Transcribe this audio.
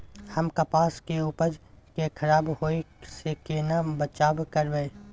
हम कपास के उपज के खराब होय से केना बचाव करबै?